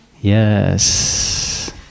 Yes